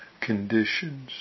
conditions